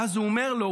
ואז הוא אומר לו,